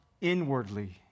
inwardly